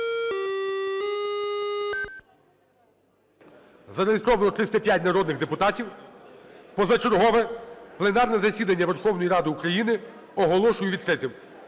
Зареєстровано 280 народних депутатів. Ранкове пленарне засідання Верховної Ради України оголошую відкритим.